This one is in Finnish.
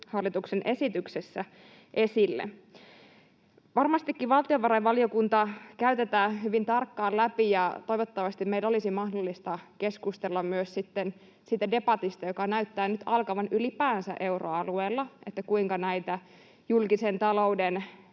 hallituksen esityksessä esille. Varmastikin valtiovarainvaliokunta käy tämän hyvin tarkkaan läpi — ja toivottavasti meillä olisi mahdollista keskustella myös sitten siitä debatista, joka näyttää nyt ylipäänsä alkavan euroalueella — kuinka näitä julkisen talouden